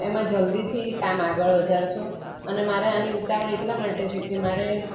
એમાં જલ્દીથી કામ આગળ વધારશો અને મારે આની ઉતાવળ એટલા માટે છે કે મારે